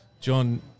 John